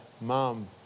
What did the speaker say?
mom